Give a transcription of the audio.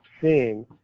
seeing